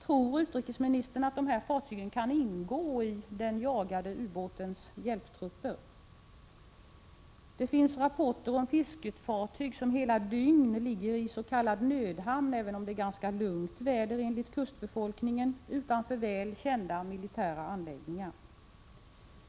Tror utrikesministern att dessa fartyg ingår i den jagade ubåtens hjälptrupper? Det finns rapporter om fiskefartyg som enligt kustbefolkningen kan ligga hela dygn i s.k. nödhamn, även om det är ganska lugnt väder, utanför väl kända militära anläggningar.